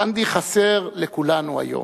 גנדי חסר לכולנו היום,